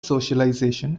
socialization